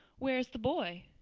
where is the boy?